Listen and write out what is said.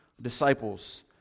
Disciples